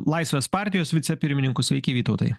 laisvės partijos vicepirmininku sveiki vytautai